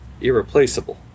irreplaceable